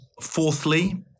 fourthly